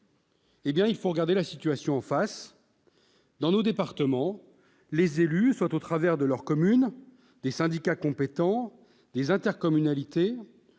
Eh bien, il faut regarder la situation en face : dans nos départements, les élus, au travers de leurs communes, des syndicats compétents, des intercommunalités,